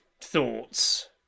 thoughts